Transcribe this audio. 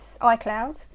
iCloud